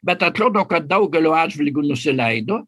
bet atrodo kad daugelio atžvilgiu nusileido